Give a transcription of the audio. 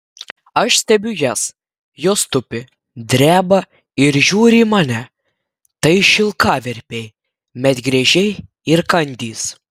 aš stebiu jas jos tupi dreba ir žiūri į mane tai šilkaverpiai medgręžiai ir kandys